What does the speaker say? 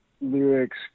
lyrics